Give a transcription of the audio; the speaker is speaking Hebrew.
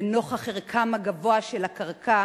לנוכח ערכה הגבוה של הקרקע